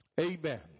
Amen